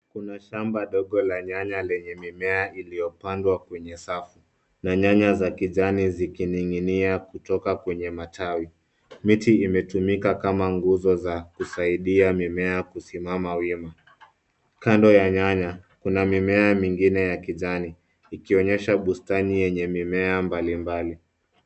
Kuna shamba ndogo la nyanya lenye mimea iliopandwa kwenye safu, na nyanya za kijani zikining'inia kutoka kwenye matawi. Miti imetumika kama nguzo za kusaidia mimea kusimama wima. Kando ya nyanya, kuna mimea mingine ya kijani, ikionyesha bustani yenye mimea mbalimbali.